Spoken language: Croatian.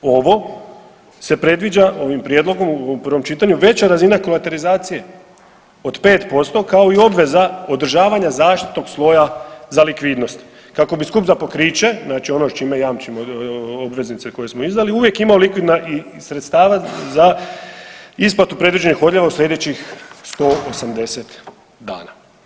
Ovo se predviđa ovim prijedlogom u prvom čitanju veća razina kolaterizacije od 5% kao i obveza održavanja zaštitnog sloja za likvidnost kako bi skup za pokriće, znači ono s čime jamčimo obveznice koje smo izdali, uvijek imao likvidna i sredstava za isplatu predviđenih odljeva u sljedećih 180 dana.